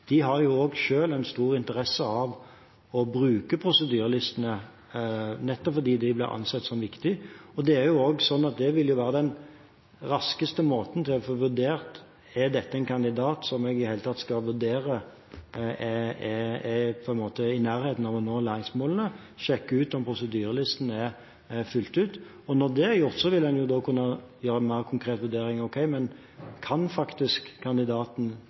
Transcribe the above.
de ulike spesialistavdelingene i Den norske legeforening. De har også selv en stor interesse av å bruke prosedyrelistene, nettopp fordi de blir ansett som viktig. Det er også sånn at det vil være den raskeste måten å få vurdert om dette er en kandidat man i det hele tatt skal vurdere om er i nærheten av å nå læringsmålene, å sjekke ut om prosedyrelisten er fylt ut. Når det er gjort, vil en kunne gjøre en mer konkret vurdering av om kandidaten faktisk kan